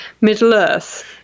Middle-earth